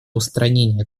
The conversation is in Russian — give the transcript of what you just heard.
устранения